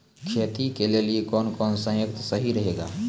खेती के लिए कौन कौन संयंत्र सही रहेगा?